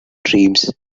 dreams